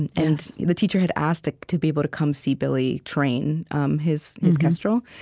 and and the teacher had asked to be able to come see billy train um his his kestrel,